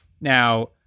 Now